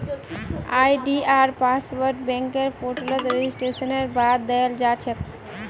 आई.डी.आर पासवर्डके बैंकेर पोर्टलत रेजिस्ट्रेशनेर बाद दयाल जा छेक